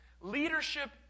Leadership